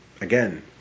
again